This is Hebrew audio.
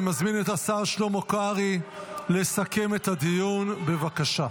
אני מזמין את השר שלמה קרעי לסכם את הדיון, בבקשה.